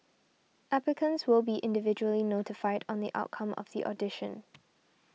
applicants will be individually notified on the outcome of the audition